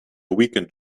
weekend